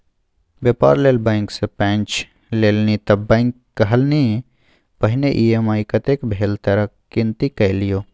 बेपार लेल बैंक सँ पैंच लेलनि त बैंक कहलनि पहिने ई.एम.आई कतेक भेल तकर गिनती कए लियौ